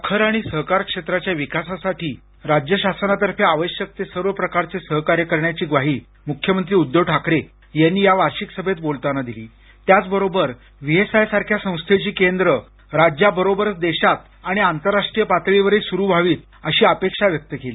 साखर आणि सहकार क्षेत्राच्या विकासासाठी राज्य शासनातर्फे आवश्यक ते सर्व प्रकारचे सहकार्य करण्याची ग्वाही मुख्यमंत्री उद्धव ठाकरे यांनी या वार्षिक सभेत बोलताना दिलीत्याचबरोबर व्हीएसआय सारख्या संस्थेची केंद्र राज्याबरोबरच देशात आणि आंतराष्ट्रीय पातळीवरही सुरु व्हावीत अशी अपेक्षा व्यक्त केली